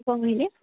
କ'ଣ କହିଲେ